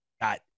got